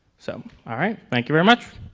so all right, thank you very much.